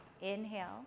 Inhale